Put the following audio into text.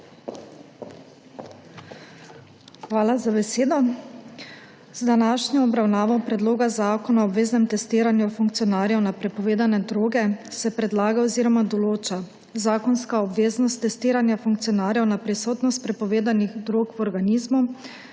Hvala za besedo. Z današnjo obravnavo Predloga zakona o obveznem testiranju funkcionarjev na prepovedane droge se predlaga oziroma določa zakonska obveznost testiranja funkcionarjev na prisotnost prepovedanih drog v organizmu,